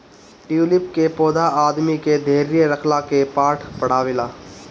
tulip के पौधा आदमी के धैर्य रखला के पाठ पढ़ावेला